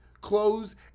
clothes